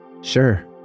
Sure